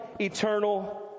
eternal